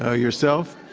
ah yourself,